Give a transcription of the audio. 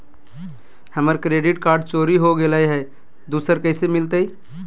हमर credit card चोरी हो गेलय हई, दुसर कैसे मिलतई?